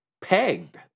pegged